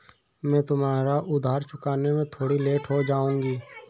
मैं तुम्हारा उधार चुकाने में थोड़ी लेट हो जाऊँगी